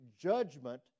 judgment